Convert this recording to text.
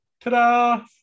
Ta-da